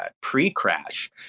pre-crash